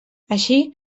així